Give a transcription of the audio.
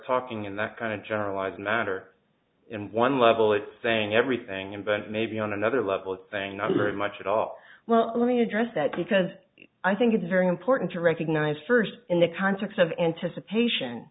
talking in that kind of generalized matter in one level it's saying everything in but maybe on another level thing not very much at all well let me address that because i think it's very important to recognize first in the context of anticipation